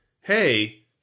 hey